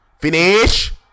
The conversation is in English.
finish